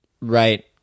Right